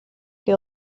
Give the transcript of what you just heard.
que